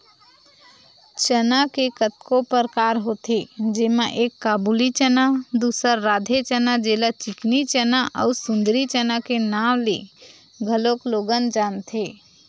चना के कतको परकार होथे जेमा एक काबुली चना, दूसर राधे चना जेला चिकनी चना अउ सुंदरी चना के नांव ले घलोक लोगन जानथे